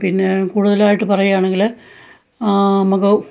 പിന്നെ കൂടുതലായിട്ട് പറയാണെങ്കിൽ നമുക്ക്